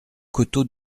côteaux